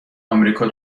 امریکا